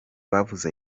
bavuze